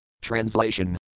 Translation